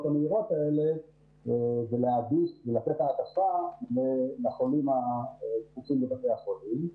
המהירות האלה ולתת העדפה לחולים שנמצאים בבתי החולים.